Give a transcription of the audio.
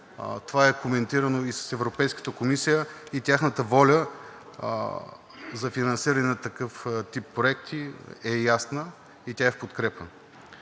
Това е коментирано и с Европейската комисия и тяхната воля за финансиране на такъв тип проекти е ясна и тя е в подкрепа.